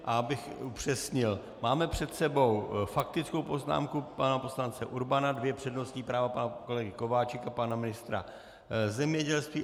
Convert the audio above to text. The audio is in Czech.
A abych upřesnil, máme před sebou faktickou poznámku pana poslance Urbana, dvě přednostní práva pana kolegy Kováčika a pana ministra zemědělství.